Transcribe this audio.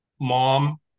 mom